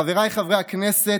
חבריי חברי הכנסת,